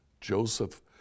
Joseph